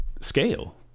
scale